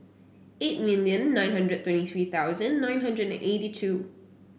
eight million nine hundred and twenty three hundred nine hundred and eighty two